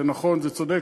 זה נכון, זה צודק.